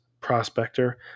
prospector